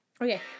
okay